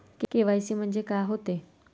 KYC म्हंनजे का होते?